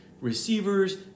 receivers